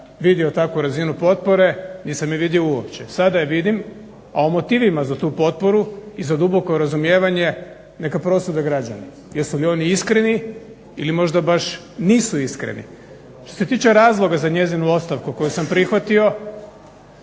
vidio takvu razinu potpore, nisam je vidio uopće. Sada je vidim, a o motivima za tu potporu i za duboko razumijevanje neka prosude građani jesu li oni iskreni ili možda baš nisu iskreni. Što se tiče razloga za njezinu ostavku koju sam prihvatio